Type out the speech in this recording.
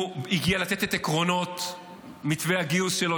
הוא הגיע לתת את עקרונות מתווה הגיוס שלו,